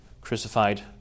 crucified